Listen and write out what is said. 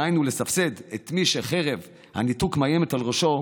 דהיינו לסבסד את מי שחרב הניתוק מאיימת על ראשו.